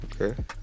Okay